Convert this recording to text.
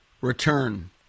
return